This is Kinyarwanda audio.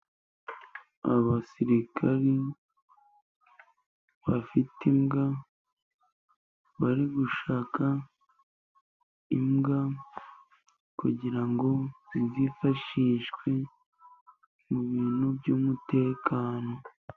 Abasirikari bafite imbwa, bari gushaka imbwa kugira ngo zizifashishwe, mu bintu by'umutekano.